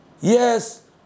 Yes